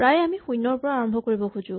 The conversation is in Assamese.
প্ৰায়ে আমি শূণ্যৰ পৰা আৰম্ভ কৰিব খোজো